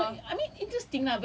oh